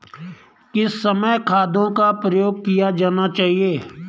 किस समय खादों का प्रयोग किया जाना चाहिए?